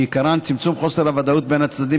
שעיקרן צמצום חוסר הוודאות בין הצדדים